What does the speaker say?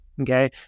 Okay